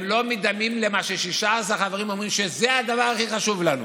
הם לא דומים למה ש-16 חברים אומרים: זה הדבר הכי חשוב לנו.